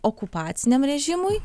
okupaciniam režimui